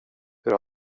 hur